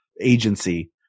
agency